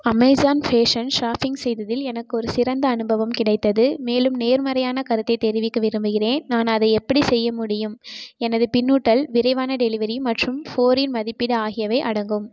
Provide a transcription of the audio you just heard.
Amazon fashion shopping செய்ததில் எனக்கு ஒரு சிறந்த அனுபவம் கிடைத்தது மேலும் நேர்மறையான கருத்தை தெரிவிக்க விரும்புகின்றேன் நான் அதை எப்படி செய்ய முடியும் எனது பின்னூட்டல் விரைவான டெலிவரி மற்றும் ஃபோர் இன் மதிப்பீடு ஆகியவை அடங்கும்